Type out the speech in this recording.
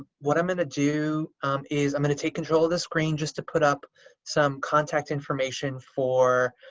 what i'm going to do is i'm going to take control of this screen just to put up some contact information for